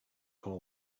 call